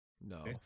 No